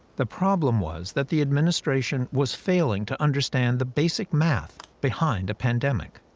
the problem was that the administration was failing to understand the basic math behind a pandemic.